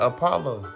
Apollo